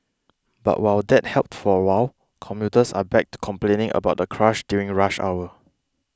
but while that helped for a while commuters are back to complaining about the crush during rush hour